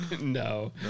No